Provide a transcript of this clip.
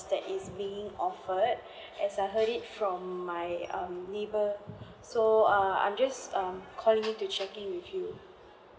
is being offered as I heard it from my um neighbour so err I just um calling to check in with you